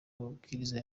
amabwiriza